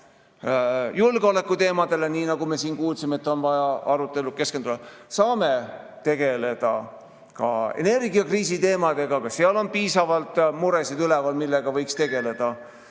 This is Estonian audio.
julgeolekuteemadele, nii nagu me siin kuulsime, et on vaja nendele keskenduda, saame tegeleda energiakriisiteemadega, ka seal on piisavalt muresid, millega võiks tegeleda.